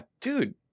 dude